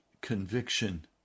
conviction